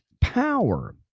power